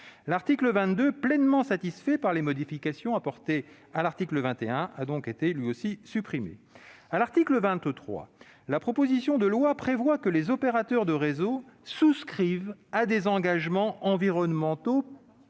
L'article 22, pleinement satisfait par les modifications apportées à l'article 21, a été supprimé. À l'article 23, la proposition de loi prévoit que les opérateurs de réseaux souscrivent des engagements environnementaux